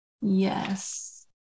Yes